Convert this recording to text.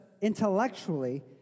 intellectually